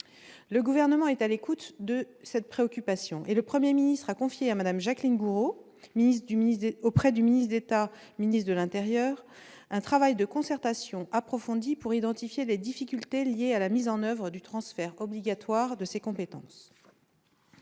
Le Gouvernement est à l'écoute de cette préoccupation. Le Premier ministre a confié à Mme Jacqueline Gourault, ministre auprès du ministre d'État, ministre de l'intérieur, le soin de conduire un travail de concertation approfondi pour identifier les difficultés liées à la mise en oeuvre du transfert obligatoire de ces compétences.